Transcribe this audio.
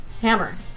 Hammer